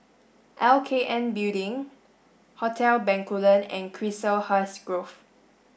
L K N Building Hotel Bencoolen and Chiselhurst Grove